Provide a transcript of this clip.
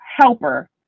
helper